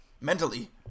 mentally